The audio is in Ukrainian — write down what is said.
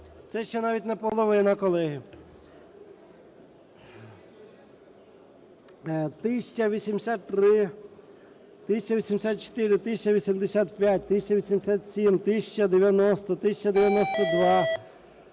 Це ще навіть не половина, колеги.